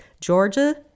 Georgia